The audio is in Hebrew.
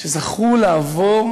לעבור